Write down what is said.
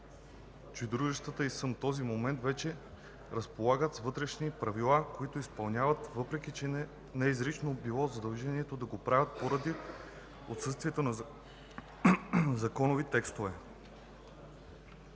че дружествата и към този момент вече разполагат с вътрешни правила, които изпълняват, въпреки, че не е било изрично задължението да го правят, поради отсъствие на законови текстове.